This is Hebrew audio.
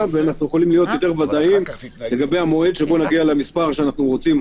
ויכולים להיות יותר ודאיים לגבי המועד שבו נגיע למספר שאנחנו רוצים,